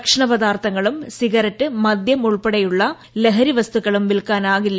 ഭക്ഷണപദാർത്ഥങ്ങളും cigarette മദ്യം ഉൾപ്പെടെയുള്ള ലഹരിവസ്തുക്കളും വിൽക്കാനാകില്ല